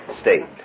state